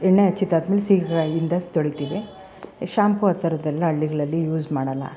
ಎಣ್ಣೆ ಹಚ್ಚಿದ್ದು ಆದ್ಮೇಲೆ ಸೀಗೆಕಾಯಿಂದ ತೊಳಿತೀವಿ ಶಾಂಪು ಆ ಥರದ್ದೆಲ್ಲ ಹಳ್ಳಿಗ್ಳಲ್ಲಿ ಯೂಸ್ ಮಾಡಲ್ಲ